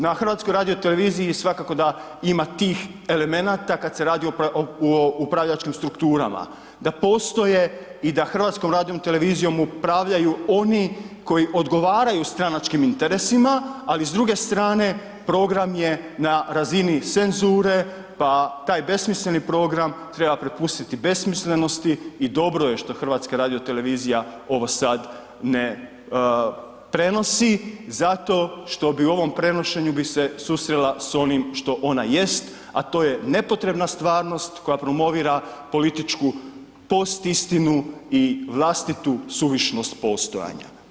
Na HRT-u svakako da ima tih elemenata kad se radi o upravljačkim strukturama, da postoje i da HRT-om upravljaju oni koji odgovaraju stranačkim interesima ali s druge strane, program je na razini senssure pa taj besmisleni program treba prepustiti besmislenosti i dobro je što HRT ovo sad ne prenosi, zato što bi u ovom prenošenju bi se susrela sa onim što ona jest a to je nepotrebna stvarnost koja promovira političku postistinu i vlastitu suvišnost postojanja.